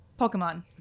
Pokemon